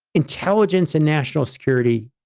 intelligence and national security,